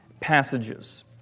passages